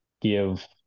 give